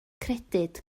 credyd